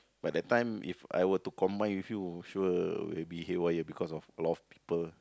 but that time If I were to combine with you sure will be haywire because of a lot of people